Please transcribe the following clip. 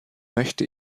möchte